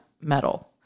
metal